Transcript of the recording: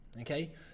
okay